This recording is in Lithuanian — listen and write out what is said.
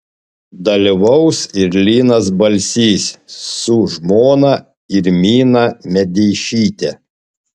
dalyvaus ir linas balsys su žmona irmina medeišyte